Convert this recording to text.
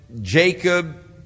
Jacob